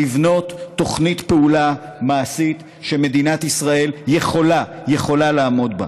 לבנות תוכנית פעולה מעשית שמדינת ישראל יכולה לעמוד בה,